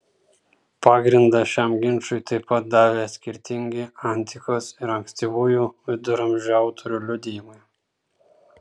pagrindą šiam ginčui taip pat davė skirtingi antikos ir ankstyvųjų viduramžių autorių liudijimai